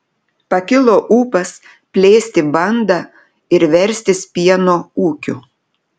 pakilo ūpas plėsti bandą ir verstis pieno ūkiu